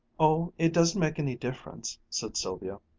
oh, it doesn't make any difference, said sylvia,